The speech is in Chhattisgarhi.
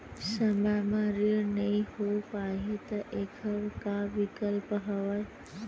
समय म ऋण नइ हो पाहि त एखर का विकल्प हवय?